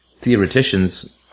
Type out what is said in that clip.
theoreticians